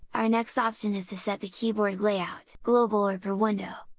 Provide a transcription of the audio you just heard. our next option is to set the keyboard layout, global or per-window.